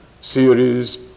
series